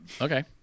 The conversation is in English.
Okay